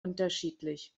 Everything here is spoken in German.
unterschiedlich